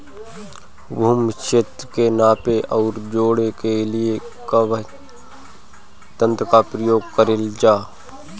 भूमि क्षेत्र के नापे आउर जोड़ने के लिए कवन तंत्र का प्रयोग करल जा ला?